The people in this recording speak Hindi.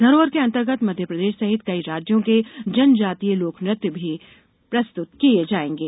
घरोहर के अंतर्गत मध्यप्रदेश सहित कई राज्यों के जनजातीय लोकनृत्य भी पेश किये जायेंगे